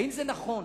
האם נכון